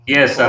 Yes